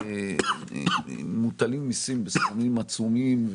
מוטלים מיסים בסכומים עצומים.